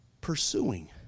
pursuing